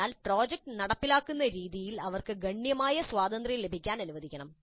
അതിനാൽ പ്രോജക്റ്റ് നടപ്പിലാക്കുന്ന രീതിയിൽ അവർക്ക് ഗണ്യമായ സ്വാതന്ത്ര്യം ലഭിക്കാൻ അനുവദിക്കണം